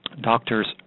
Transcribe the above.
doctors